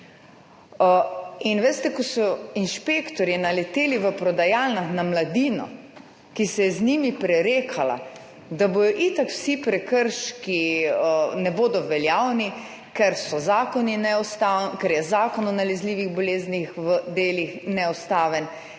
Veste, ko so inšpektorji naleteli v prodajalnah na mladino, ki se je z njimi prerekala, da itak vsi prekrški ne bodo veljavni, ker je Zakon o nalezljivih boleznih v delih neustaven,